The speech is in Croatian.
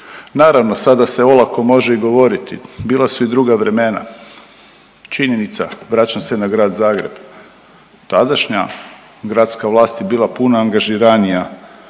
Naravno, sada se olako može i govoriti bila su i druga vremena, činjenica, vraćam se na Grad Zagreb. Tadašnja gradska vlast je bila puno angažiranija